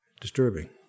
Disturbing